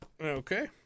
Okay